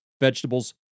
vegetables